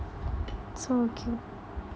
so cute